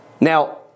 Now